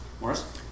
Morris